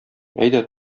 әйдә